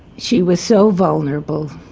she was so vulnerable,